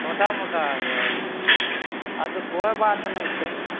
छोटा मोटा अच्छा कोइ बात नहि छै